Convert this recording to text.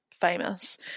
famous